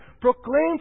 proclaim